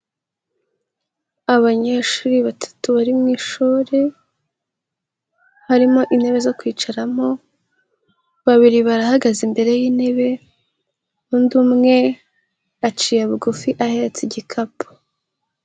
Abanyeshuri batatu bari mu ishuri, harimo intebe zo kwicaramo, babiri barahagaze imbere y'intebe, undi umwe, aciye bugufi ahetse igikapu.